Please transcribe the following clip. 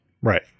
Right